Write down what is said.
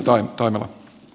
hyvät kollegat